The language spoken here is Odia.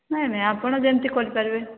ନାହିଁ ନାହିଁ ଆପଣ ଯେମିତି କରି ପାରିବେ